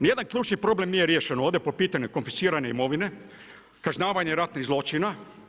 Ni jedan ključni problem nije riješen ovdje po pitanju konfiscirane imovine, kažnjavanje ratnih zločina.